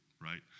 right